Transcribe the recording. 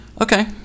Okay